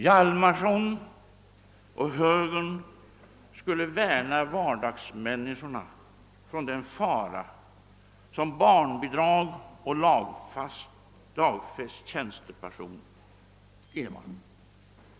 Hjalmarson och högern skulle värna vardagsmänniskorna mot den fara som barnbidrag och lagfäst tjänstepension innebar.